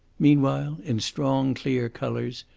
meanwhile, in strong, clear colours,